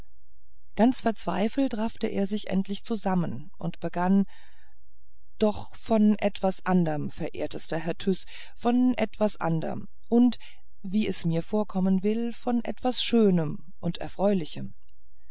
ganz verzweifelt raffte er sich endlich zusammen und begann doch von etwas anderm verehrtester herr tyß von etwas anderm und wie es mir vorkommen will von etwas schönem und erfreulichem